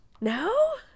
No